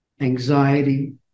anxiety